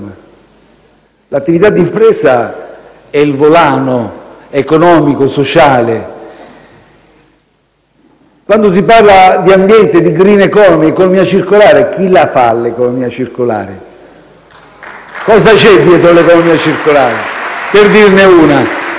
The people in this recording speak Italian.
L'attività di impresa è il volano economico e sociale. Quando si parla di ambiente, di *green economy* e di economia circolare, chi la fa l'economia circolare? Cosa c'è dietro l'economia circolare, per dirne una?